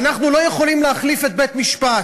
ואנחנו לא יכולים להחליף את בית-המשפט.